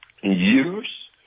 use